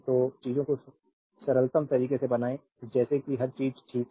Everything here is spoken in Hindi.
तो चीजों को सरलतम तरीके से बनाएं जैसे कि हर चीज ठीक है